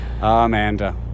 Amanda